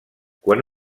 quan